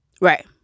Right